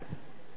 אוקיי.